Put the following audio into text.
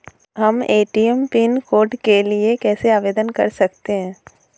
हम ATM pin code के लिए कैसे आवेदन कर सकते हैं?